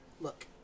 Look